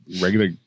regular